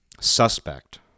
suspect